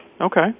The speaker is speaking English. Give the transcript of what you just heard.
Okay